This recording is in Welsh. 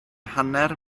hanner